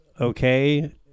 okay